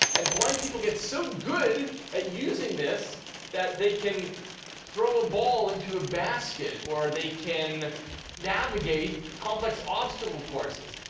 and blind people get so good at using this that they can throw a ball into a basket, or they can navigate complex obstacle courses.